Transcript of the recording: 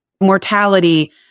mortality